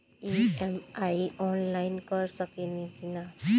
EMI online कर सकेनी की ना?